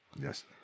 Yes